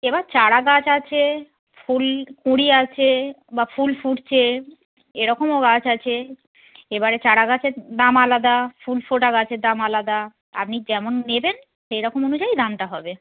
এবার চারা গাছ আছে ফুল কুঁড়ি আছে বা ফুল ফুটছে এরকমও গাছ আছে এবারে চারা গাছের দাম আলাদা ফুল ফোটা গাছের দাম আলাদা আপনি যেমন নেবেন সেই রকম অনুযায়ী দামটা হবে